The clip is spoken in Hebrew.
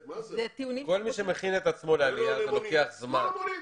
כל מי שמכין את עצמו לעלייה, זה לוקח זמן.